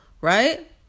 right